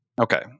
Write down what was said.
Okay